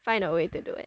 find a way to do it